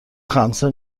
خمسه